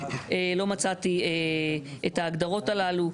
לא מצאתי את ההגדרות הללו,